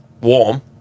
warm